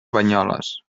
banyoles